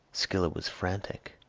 scylla was frantic.